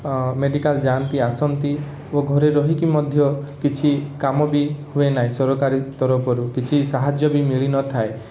medical ଯାଆନ୍ତି ଆସନ୍ତି ଓ ଘରେ ରହିକି ମଧ୍ୟ କିଛି କାମ ବି ହୁଏ ନାହିଁ ସରକାରୀ ତରଫରୁ କିଛି ସାହାଯ୍ୟ ବି ମିଳିନଥାଏ